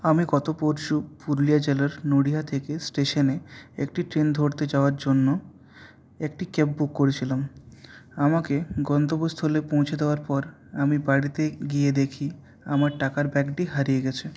আমি গত পরশু পুরুলিয়া জেলার নডিহা থেকে স্টেশনে একটি ট্রেন ধরতে যাওয়ার জন্য একটি ক্যাব বুক করেছিলাম আমাকে গন্তব্যস্থলে পৌঁছে দেওয়ার পর আমি বাড়িতে গিয়ে দেখি আমার টাকার ব্যাগটি হারিয়ে গেছে